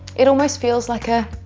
it almost feels like a